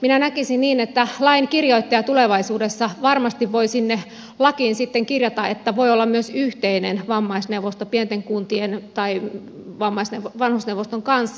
minä näkisin niin että lain kirjoittaja tulevaisuudessa varmasti voi sinne lakiin sitten kirjata että voi olla myös yhteinen vammaisneuvosto pienten kuntien tai vanhusneuvoston kanssa